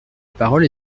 parole